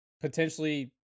potentially